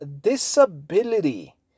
disability